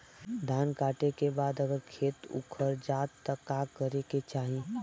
धान कांटेके बाद अगर खेत उकर जात का करे के चाही?